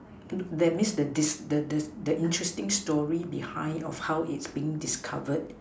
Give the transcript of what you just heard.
that means the discovery the the the interesting story behind of how it's being discovered